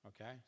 Okay